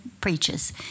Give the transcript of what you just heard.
preaches